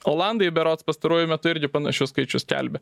olandai berods pastaruoju metu ir panašius skaičius skelbia